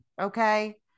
Okay